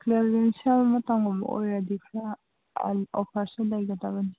clearance sale ꯃꯇꯝꯒꯨꯝꯕ ꯑꯣꯏꯔꯗꯤ ꯈꯔ ꯑꯣꯐꯔꯁꯨ ꯂꯩꯒꯗꯕꯅꯤ